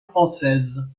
française